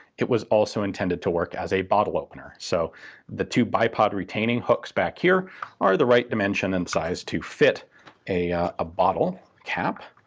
it was also intended to work as a bottle opener. so the two bipod retaining hooks back here are the right dimension and size to fit a a bottle cap.